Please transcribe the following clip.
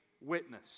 witness